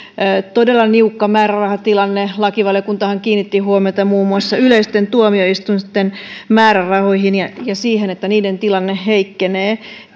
todella niukka määrärahatilanne lakivaliokuntahan kiinnitti huomiota muun muassa yleisten tuomioistuinten määrärahoihin ja ja siihen että niiden tilanne heikkenee